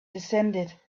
descended